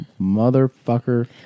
motherfucker